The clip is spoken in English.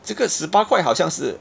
这个十八块好像是